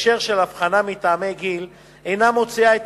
בהקשר של הבחנה מטעמי גיל אינו מוציא את